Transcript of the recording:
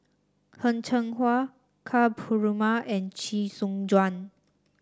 Heng Cheng Hwa Ka Perumal and Chee Soon Juan